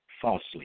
falsely